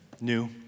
new